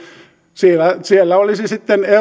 siellä siellä olisi sitten